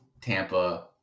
Tampa